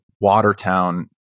Watertown